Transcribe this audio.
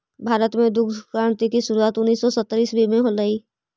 भारत में दुग्ध क्रान्ति की शुरुआत उनीस सौ सत्तर ईसवी में होलई